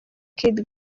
kid